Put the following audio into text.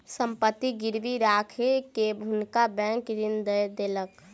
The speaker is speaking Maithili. संपत्ति गिरवी राइख के हुनका बैंक ऋण दय देलक